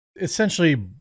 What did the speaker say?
essentially